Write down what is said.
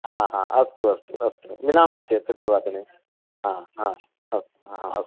हा हा अस्तु अस्तु अस्तु मिलामः चेत् चतुर्वादने हा हा हा अस्तु